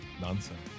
nonsense